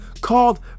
called